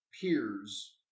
Peer's